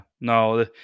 No